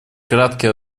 краткий